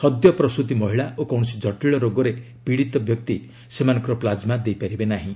ସଦ୍ୟ ପ୍ରସୂତୀ ମହିଳା ଓ କୌଣସି ଜଟିଳ ରୋଗରେ ପୀଡ଼ିତ ବ୍ୟକ୍ତି ସେମାନଙ୍କର ପ୍ଲାକ୍ମା ଦେଇପାରିବେ ନାହିଁ